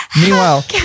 Meanwhile